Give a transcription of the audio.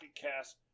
Cast